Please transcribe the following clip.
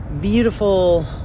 beautiful